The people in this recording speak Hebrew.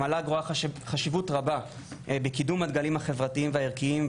המל"ג רואה חשיבות רבה בקידום הדגלים החברתיים והערכיים,